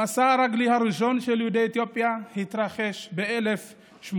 המסע הרגלי הראשון של יהודי אתיופיה התרחש ב-1862,